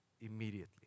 immediately